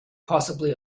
possibly